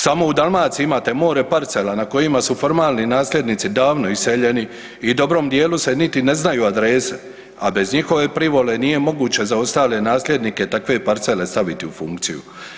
Samo u Dalmaciji imate more parcela na kojima su formalni nasljednici davno iseljeni i dobrom dijelu se niti ne znaju adrese, a bez njihove privole nije moguće za ostale nasljednike takve parcele staviti u funkciju.